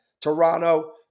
Toronto